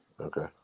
Okay